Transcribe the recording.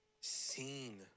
seen